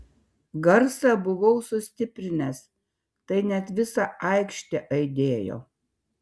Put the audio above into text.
garsą buvau sustiprinęs tai net visa aikštė aidėjo